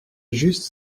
juste